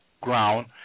ground